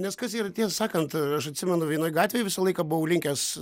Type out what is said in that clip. nes kas yra tiesą sakant aš atsimenu vienoj gatvėj visą laiką buvau linkęs